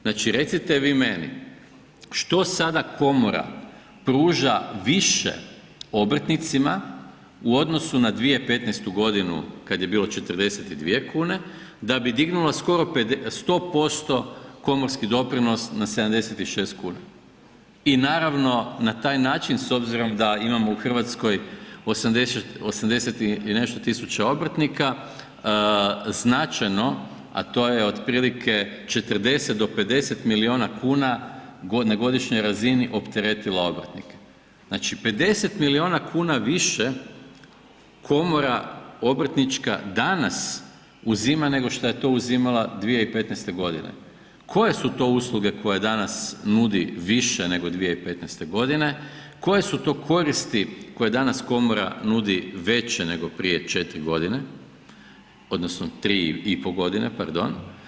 Znači recite vi meni, što sada komora pruža više obrtnicima u odnosu na 2015. g. kad je bilo 42 kune, da bi dignula skoro 100% komorski doprinos na 76 kuna i naravno, na taj način s obzirom da imamo u Hrvatskoj 80 i nešto tisuća obrtnika, značajno, a to je otprilike 40-50 milijuna kuna na godišnjoj razini opteretilo obrtnike, znači 50 milijuna kuna više komora obrtnička danas uzima nego što je to uzimala 2015. g. Koje su to usluge koje danas nudi više nego 2015. g.? koje su to koristi koje danas komora nudi veće nego prije 4 godine, odnosno 3 i pol godine, pardon?